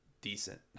decent